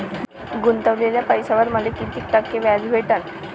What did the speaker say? गुतवलेल्या पैशावर मले कितीक टक्के व्याज भेटन?